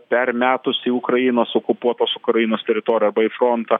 per metus į ukrainos okupuotos ukrainos teritoriją baifrontą